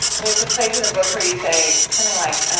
there's a place in the book where you say something like,